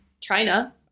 china